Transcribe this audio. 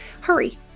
hurry